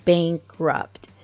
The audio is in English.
Bankrupt